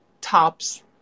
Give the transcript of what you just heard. tops